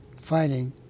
fighting